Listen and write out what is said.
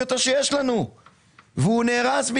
אנחנו עוברים לסעיף האחרון בסדר היום,